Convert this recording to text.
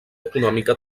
econòmica